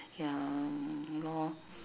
ya mm lor